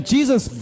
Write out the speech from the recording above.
Jesus